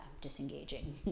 disengaging